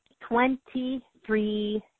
Twenty-three